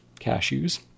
cashews